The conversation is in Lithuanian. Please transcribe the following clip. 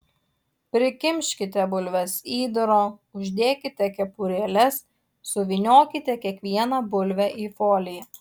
prikimškite bulves įdaro uždėkite kepurėles suvyniokite kiekvieną bulvę į foliją